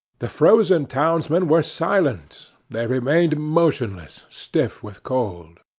the frozen townsmen were silent they remained motionless, stiff with cold.